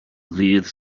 ddydd